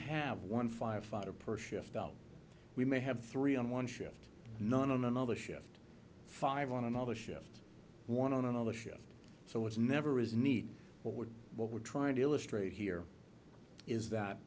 have one firefighter per shift out we may have three on one shift none on another shift five on another shift one on another shift so it's never as neat but would what we're trying to illustrate here is that